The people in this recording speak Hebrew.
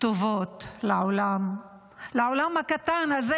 טובות לעולם הקטן הזה,